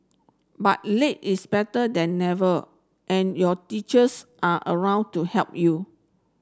but late is better than never and your teachers are around to help you